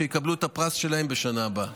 שיקבלו את הפרס שלהם בשנה הבאה.